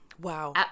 Wow